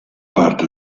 parte